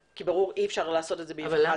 אי-אפשר לעשות את זה מיד.